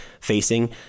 facing